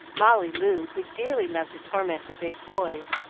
molly loo, who dearly loved to torment the big boys,